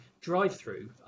drive-through